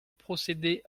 procéder